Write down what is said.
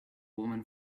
woman